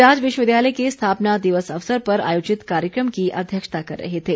वे आज विश्वविद्यालय के स्थापना दिवस अवसर पर आयोजित कार्यक्रम की अध्यक्षता कर रहे थे